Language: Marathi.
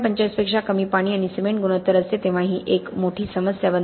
45 पेक्षा कमी पाणी आणि सिमेंट गुणोत्तर असते तेव्हा एक मोठी समस्या बनते